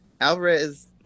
Alvarez